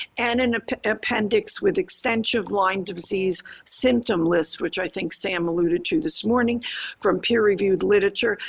and an appendix with extensive lyme disease symptom list, which i think sam alluded too this morning from peer-reviewed literature.